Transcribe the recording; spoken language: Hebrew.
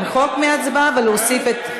למחוק מההצבעה ולהוסיף את,